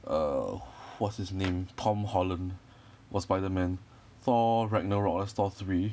err what's his name tom holland was spiderman thor ragnarok was thor three